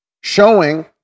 showing